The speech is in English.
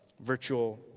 Virtual